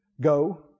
Go